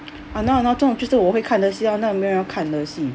!hannor! !hannor! 这种就是我会看的戏 lor 那种没有人要看的戏